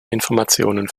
informationen